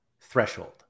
threshold